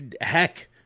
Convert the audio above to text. Heck